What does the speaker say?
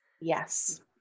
yes